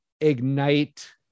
ignite